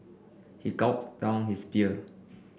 he gulped down his beer